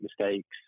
mistakes